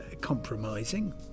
compromising